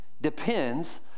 depends